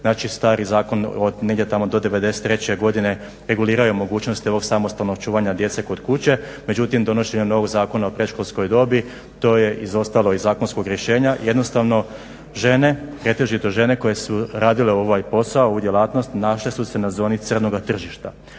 znači stari zakon negdje tamo do '93.godine regulirao je mogućnost ovog samostalnog čuvanja djece kod kuće, međutim donošenjem novog Zakona o predškolskoj dobi to je izostalo iz zakonskog rješenja. Jednostavno žene, pretežito žene koje su radile ovaj posao ovu djelatnost našle se su se na zoni crnoga tržišta.